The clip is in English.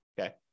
Okay